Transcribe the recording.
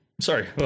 sorry